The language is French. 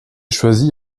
choisi